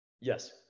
Yes